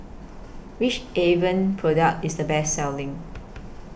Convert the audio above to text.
Which Avene Product IS The Best Selling